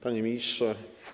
Panie Ministrze!